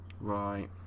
Right